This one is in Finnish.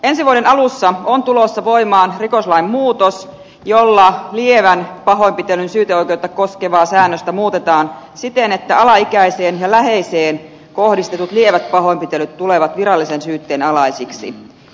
ensi vuoden alussa on tulossa voimaan rikoslain muutos jolla lievän pahoinpitelyn syyteoikeutta koskevaa säännöstä muutetaan siten että alaikäiseen ja läheiseen kohdistetut lievät pahoinpitelyt tulevat virallisen syytteen alaisiksi